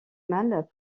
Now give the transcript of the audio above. mâles